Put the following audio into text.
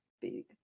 Big